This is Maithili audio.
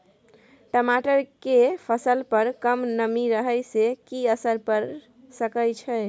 टमाटर के फसल पर कम नमी रहै से कि असर पैर सके छै?